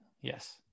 Yes